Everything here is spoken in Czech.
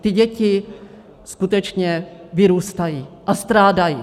Ty děti skutečně vyrůstají a strádají.